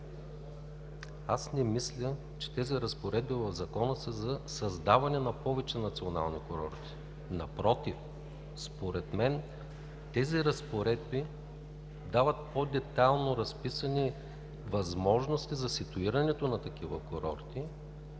аз не мисля, че тези разпоредби в Закона са за създаване на повече национални курорти. Напротив, според мен разпоредбите дават по-детайлно разписани възможности за ситуирането на такива курорти,